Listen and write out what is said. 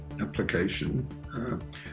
application